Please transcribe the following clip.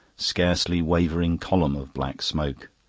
scarcely wavering column of black smoke.